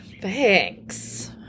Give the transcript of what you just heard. thanks